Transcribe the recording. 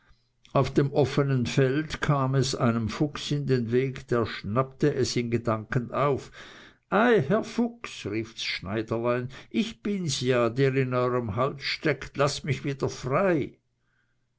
auf dem offenen feld kam es einem fuchs in den weg der schnappte es in gedanken auf ei herr fuchs riefs schneiderlein ich bins ja der in eurem hals steckt laßt mich wieder frei